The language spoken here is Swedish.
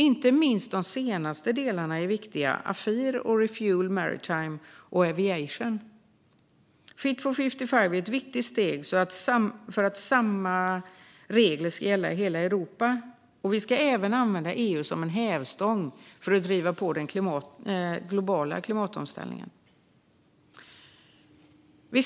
Inte minst de senaste delarna är viktiga: AFIR och ReFuelEU Maritime och Aviation. Fit for 55 är ett viktigt steg för att samma regler ska gälla i hela Europa. Vi ska också använda EU som hävstång för att driva på den globala klimatomställningen.